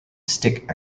stick